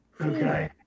okay